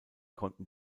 konnten